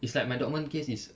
it's like my dortmund case is